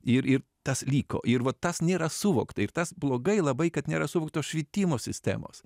ir ir tas liko ir va tas nėra suvokta ir tas blogai labai kad nėra suvoktos švietimo sistemos